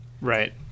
Right